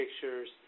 pictures